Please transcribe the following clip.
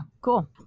cool